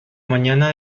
mañana